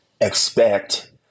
expect